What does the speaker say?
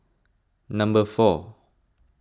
number four